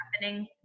happening